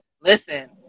listen